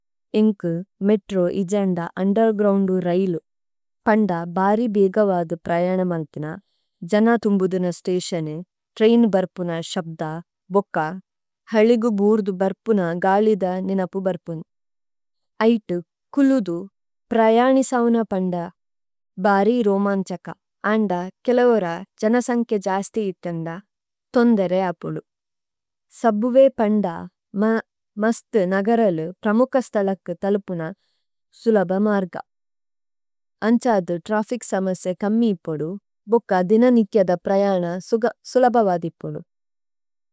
ഇംകി, മിടരഓ, ഇജനഡാ, അനഡരഗരഓംഡദം രഈലി, പണഡാ ബാരി ബിഗവാദി പരയണമലപണാ, ജനാ തംബധിന സടിഷണ, ടരഇന ബരപണ ശബദ, ബഗാ, ഹളിഗം ബഓരദം ബരപണ ഗാളിദ നിനപം ബരപണ, ആയിടം കംളിദം പരയാണി സഗണപണാ, ബാരി രഓമാംചക, ആണഡാ കിലവരാ ജനസംകി ജാസതി ഇഥിംദാ, തംദരിആപ� സബവഇ പണഡാ, മാ, മസതി നഗരലി പരമഗസതലകി തലപണാ, സഉലബാ മാരഗാ, അംചാദി ടരഫികസമസി കമിയിപടി, ബ� ബഗാ ധിനനിചിയദ പരയാനാ സഗസലബവാധിപവി।